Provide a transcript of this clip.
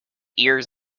ears